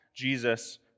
Jesus